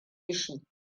shi